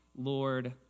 Lord